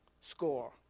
score